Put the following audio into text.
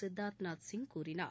சித்தார்த் நாத் சிங் கூறினார்